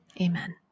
Amen